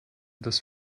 das